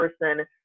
person